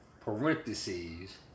parentheses